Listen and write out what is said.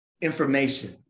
information